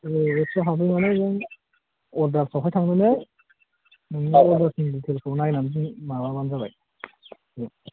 औ एप्सआव हाबहैनानै नों अर्डार्सआवहाय थांनानै माय अर्डार्सनि डिटेल्सखौ नायनानै माबाबानो जाबाय दे